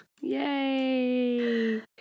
Yay